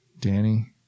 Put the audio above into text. Danny